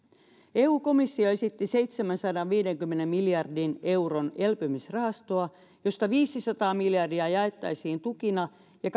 eu komissio esitti seitsemänsadanviidenkymmenen miljardin euron elpymisrahastoa josta viisisataa miljardia jaettaisiin tukina ja